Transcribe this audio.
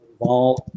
involve